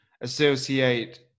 associate